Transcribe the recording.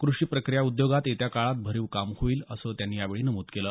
कृषी प्रक्रीया उद्योगात येत्या काळात भरीव काम होईल असं त्यांनी यावेळी नमुद केलं